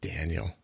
Daniel